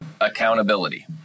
accountability